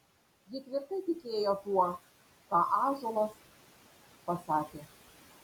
ji tvirtai tikėjo tuo ką ąžuolas pasakė